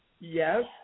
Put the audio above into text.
Yes